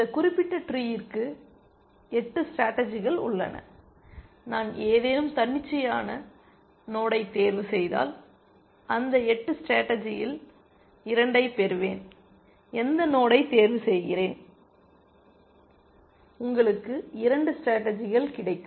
இந்த குறிப்பிட்ட ட்ரீயிற்கு 8 ஸ்டேடர்ஜிகள் உள்ளன நான் ஏதேனும் தன்னிச்சையான நோடை தேர்வு செய்தால் அந்த 8 ஸ்டேடர்ஜியில் 2ஐ பெறுவேன் எந்த நோடை தேர்வு செய்கிறேன் உங்களுக்கு 2 ஸ்டேடர்ஜிகள் கிடைக்கும்